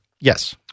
yes